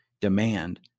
demand